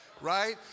Right